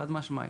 חד משמעית.